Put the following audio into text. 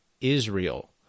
Israel